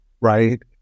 right